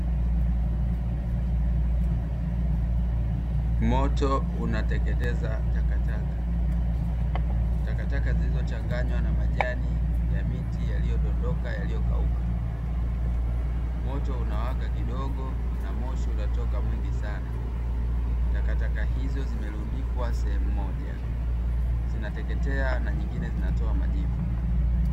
Moto unateketeza takataka zilizochanganywa na majani ya miti iliyodondoka yaliyokauka. Moto unawaka kidogo na moshi unatoka mwingi sana. Takataka hizo zimerundikwa sehemu moja, zinateketea na nyingine zinatoa majivu.